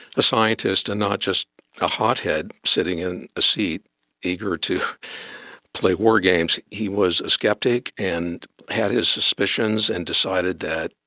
a scientist and not just a hothead sitting in a seat eager to play wargames, he was a sceptic and had his suspicions and decided that,